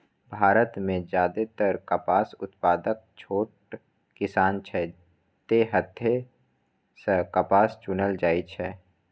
भारत मे जादेतर कपास उत्पादक छोट किसान छै, तें हाथे सं कपास चुनल जाइ छै